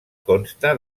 consta